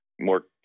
more